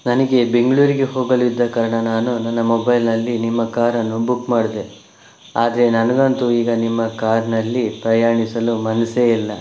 ನನಗೆ ಬೆಂಗಳೂರಿಗೆ ಹೋಗಲಿದ್ದ ಕಾರಣ ನಾನು ನನ್ನ ಮೊಬೈಲ್ನಲ್ಲಿ ನಿಮ್ಮ ಕಾರನ್ನು ಬುಕ್ ಮಾಡಿದೆ ಆದರೆ ನನಗಂತೂ ಈಗ ನಿಮ್ಮ ಕಾರ್ನಲ್ಲಿ ಪ್ರಯಾಣಿಸಲು ಮನಸ್ಸೇ ಇಲ್ಲ